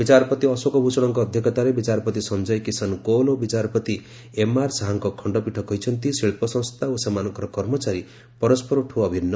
ବିଚାରପତି ଅଶୋକ ଭୂଷଣଙ୍କ ଅଧ୍ୟକ୍ଷତାରେ ବିଚାରପତି ସଂଜୟ କିଷନ୍ କୌଲ୍ ଓ ବିଚାରପତି ଏମ୍ଆର୍ ଶାହଙ୍କ ଖଣ୍ଡପୀଠ କହିଛନ୍ତି ଶିଳ୍ପସଂସ୍ଥା ଓ ସେମାନଙ୍କର କର୍ମଚାରୀ ପରସ୍କରଠୁ ଅଭିନ୍ନ